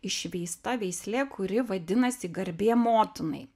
išveista veislė kuri vadinasi garbė motinai